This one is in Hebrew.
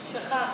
הוא שכח.